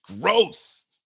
Gross